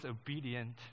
obedient